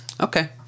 Okay